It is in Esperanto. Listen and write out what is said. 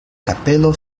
kapelo